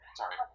sorry